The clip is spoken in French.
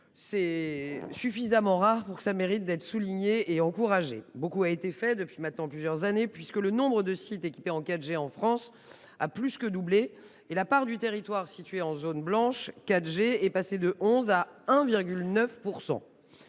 c’est suffisamment rare pour être souligné et encouragé. Beaucoup a été fait depuis plusieurs années maintenant, puisque le nombre de sites équipés en 4G en France a plus que doublé et la part du territoire située en zone blanche 4G est passée de 11 % à 1,9 %.